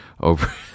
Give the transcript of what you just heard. over